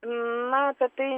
na apie tai